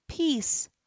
Peace